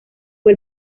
fue